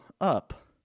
up